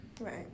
Right